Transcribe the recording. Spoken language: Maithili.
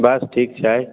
बस ठीक छै